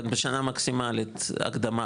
בשנה מקסימלית, הקדמה.